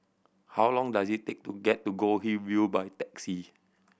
how long does it take to get to Goldhill View by taxi